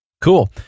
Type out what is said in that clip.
Cool